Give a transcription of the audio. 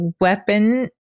weapon